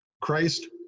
Christ